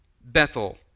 Bethel